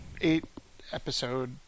eight-episode